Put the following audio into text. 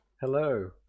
Hello